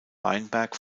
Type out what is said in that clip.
weinberg